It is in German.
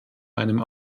einem